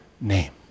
name